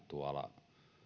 tuolla